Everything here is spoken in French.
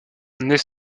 nés